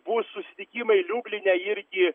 bus susitikimai liubline irgi